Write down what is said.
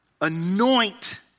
Anoint